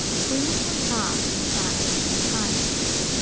women were far from silent in the sciences,